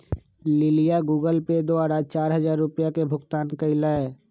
लिलीया Google Pay द्वारा चार हजार रुपिया के भुगतान कई लय